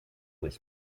with